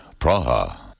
Praha